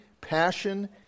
passion